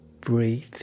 breathe